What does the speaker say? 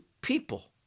people